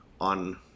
on